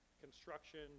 construction